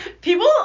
People